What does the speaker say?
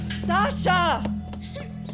Sasha